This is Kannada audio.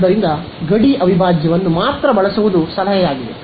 ಆದ್ದರಿಂದ ಗಡಿ ಅವಿಭಾಜ್ಯವನ್ನು ಮಾತ್ರ ಬಳಸುವುದು ಸಲಹೆಯಾಗಿದೆ